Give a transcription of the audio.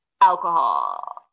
alcohol